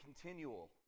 continual